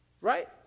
Right